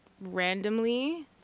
randomly